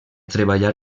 treballar